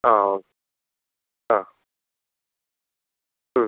ആ ഓ ആ മ്